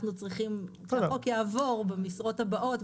אנחנו צריכים כשהחוק יעבור במשרות הבאות,